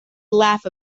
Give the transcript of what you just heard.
laugh